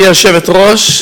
גברתי היושבת-ראש,